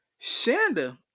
Shanda